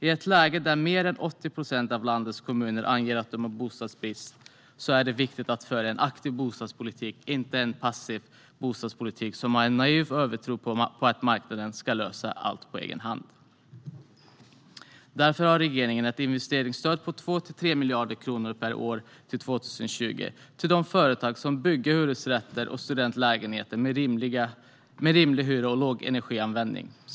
I ett läge där mer än 80 procent av landets kommuner anger att de har bostadsbrist är det viktigt att föra en aktiv bostadspolitik, inte en passiv bostadspolitik som har en naiv övertro på att marknaden ska lösa allt på egen hand. Därför har regeringen ett investeringsstöd på 2-3 miljarder kronor per år till 2020 till de företag som bygger hyresrätter och studentlägenheter med rimlig hyra och låg energianvändning.